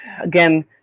again